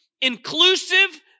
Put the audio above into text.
inclusive